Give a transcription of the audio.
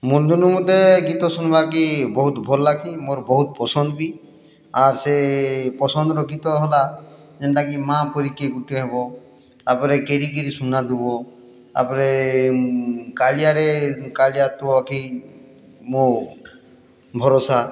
ଦିନୁ ମତେ ଗୀତ ଶୁନ୍ବାକେ ମୋତେ ବହୁତ୍ ଭଲ୍ ଲାଗ୍ସି ମୋର୍ ବହୁତ୍ ପସନ୍ଦ୍ ବି ଆର୍ ସେ ପସନ୍ଦ୍ର ଗୀତ ହେଲା ଯେନ୍ତାକି ମାଆ ପରି କିଏ ଗୁଟେ ହେବ ତା'ପରେ କେରିକେରି ସୁନା ଦୁବ ତା'ପରେ କାଲିଆରେ କାଲିଆ ତୁ ଅକି ମୋ ଭରସା